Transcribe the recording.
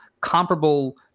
comparable